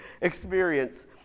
experience